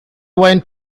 went